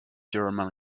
german